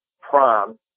prom